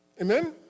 Amen